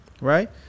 right